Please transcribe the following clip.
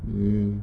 mm